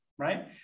Right